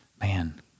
Man